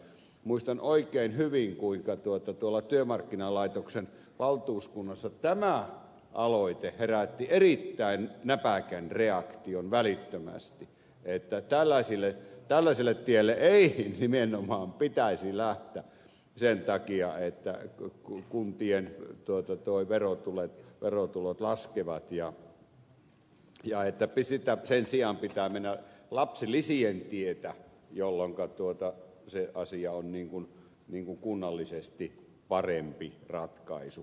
muistan oikein hyvin kuinka työmarkkinalaitoksen valtuuskunnassa tämä aloite herätti erittäin näpäkän reaktion välittömästi että tällaiselle tielle ei nimenomaan pitäisi lähteä sen takia että kuntien verotulot laskevat ja että sen sijaan pitää mennä lapsilisien tietä jolloinka se asia on kunnallisesti parempi ratkaisu